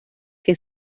que